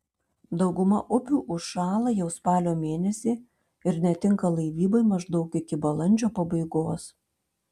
dauguma upių užšąla jau spalio mėnesį ir netinka laivybai maždaug iki balandžio pabaigos